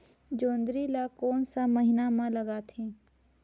जोंदरी ला कोन सा महीन मां लगथे?